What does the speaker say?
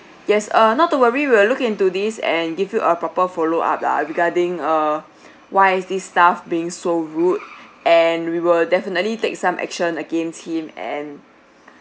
yes uh not to worry we'll look into this and give you a proper follow up lah regarding err why is this staff being so rude and we will definitely take some action against him and